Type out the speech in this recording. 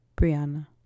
Brianna